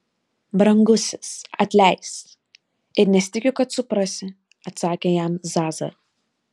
brangusis atleisk ir nesitikiu kad suprasi atsakė jam zaza